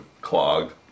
clogged